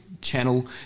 Channel